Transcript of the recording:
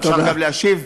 אפשר גם להשיב?